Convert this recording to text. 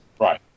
Right